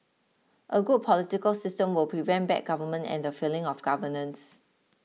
a good political system will prevent bad government and the failing of governance